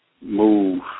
move